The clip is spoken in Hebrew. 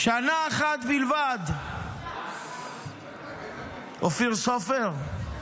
שנה אחת בלבד, אופיר סופר?